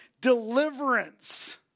deliverance